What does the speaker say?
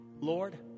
Lord